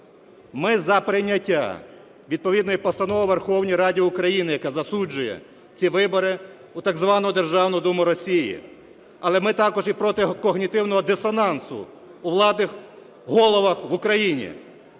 Ми за прийняття відповідної постанови у Верховній Раді України, яка засуджує ці вибори у так звану Державну Думу Росію, але ми також і проти когнітивного дисонансу у владних головах в Україні.